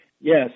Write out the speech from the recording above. Yes